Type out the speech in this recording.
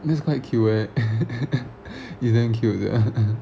that's quite cute eh is damn cute sia